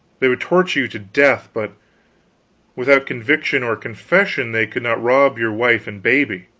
they could torture you to death, but without conviction or confession they could not rob your wife and baby.